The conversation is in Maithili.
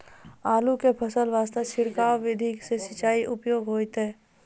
आलू के फसल वास्ते छिड़काव विधि से सिंचाई उपयोगी होइतै?